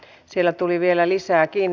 nyt siellä tuli vielä lisääkin